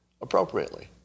appropriately